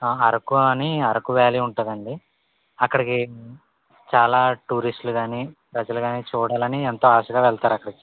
అరకు అని అరకు వ్యాలీ ఉంటదండి అక్కడికి చాలా టూరిస్టులు గాని ప్రజలు గాని చూడాలని ఎంతో ఆశగా వెళ్తారు అక్కడికి